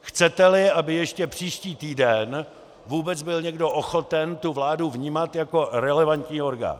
Chceteli, aby ještě příští týden vůbec byl někdo ochoten tu vládu vnímat jako relevantní orgán.